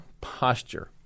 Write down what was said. posture